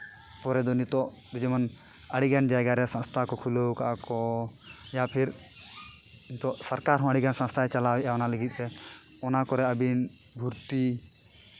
ᱯᱚᱨᱮ ᱫᱚ ᱱᱤᱛᱚᱜ ᱫᱚ ᱡᱮᱢᱚᱱ ᱟᱹᱰᱤ ᱜᱟᱱ ᱡᱟᱭᱜᱟ ᱨᱮ ᱥᱚᱝᱥᱛᱷᱟ ᱠᱚ ᱠᱷᱩᱞᱟᱹᱣ ᱟᱠᱟᱫ ᱟᱠᱚ ᱤᱭᱟ ᱯᱷᱮᱨ ᱫᱚ ᱥᱚᱨᱠᱟᱨ ᱦᱚᱸ ᱟᱹᱰᱤᱜᱟᱱ ᱥᱚᱝᱥᱛᱷᱟᱭ ᱪᱟᱞᱟᱣᱮᱫᱼᱟ ᱚᱱᱟ ᱞᱟᱹᱜᱤᱫᱛᱮ ᱚᱱᱟ ᱠᱚᱨᱮᱫ ᱟᱹᱵᱤᱱ ᱵᱷᱚᱨᱛᱤ